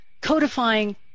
codifying